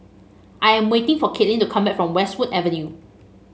I'm waiting for Kaitlynn to come back from Westwood Avenue